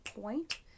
point